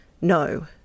No